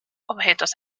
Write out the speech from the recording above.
objetos